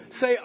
say